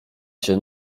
się